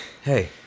Hey